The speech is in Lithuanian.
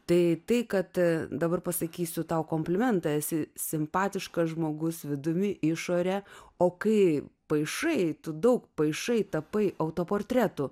tai kad dabar pasakysiu tau komplimentą esi simpatiškas žmogus vidumi išore o kai paišai tu daug paišai tapai autoportretų